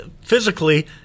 physically